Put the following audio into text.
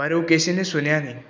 ਪਰ ਉਹ ਕਿਸੇ ਨੇ ਸੁਣਿਆ ਨਹੀਂ